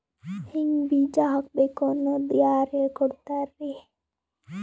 ಹಿಂಗ್ ಬೀಜ ಹಾಕ್ಬೇಕು ಅನ್ನೋದು ಯಾರ್ ಹೇಳ್ಕೊಡ್ತಾರಿ?